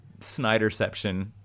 Snyderception